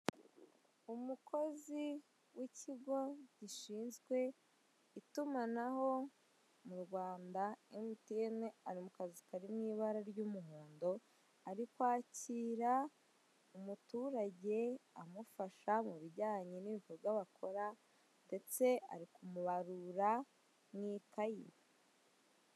Umukozi w'ikigo gishinzwe itumanaho mu Rwanda emutiyene ari ku kazu karimo ibara ry'umuhondo ari kwakira umuturage, amufasha mu bijyanye n'ibikorwa bakora ndetse ari kumubarura mu ikayi.